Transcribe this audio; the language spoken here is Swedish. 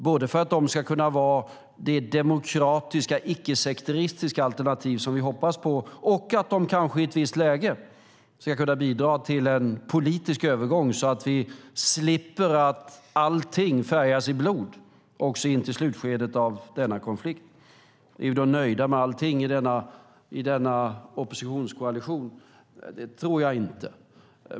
Det är för att de ska kunna vara det demokratiska icke-sekteristiska alternativ som vi hoppas på och att de kanske i ett visst läge kan bidra till en politisk övergång så att vi slipper att allt färgas i blod in till slutskedet av denna konflikt. Är vi då nöjda med allt i denna oppositionskoalition? Det tror jag inte.